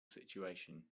situation